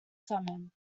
salmon